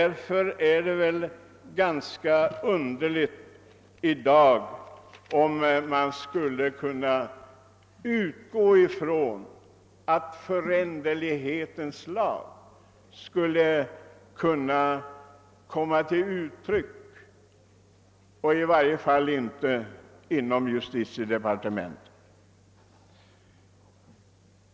Därför vore det väl ganska underligt, om man i dag skulle kunna utgå ifrån att föränderlighetens lag skulle komma till uttryck, dock icke inom justitiedepartementet.